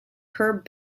herb